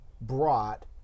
brought